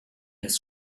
des